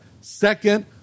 Second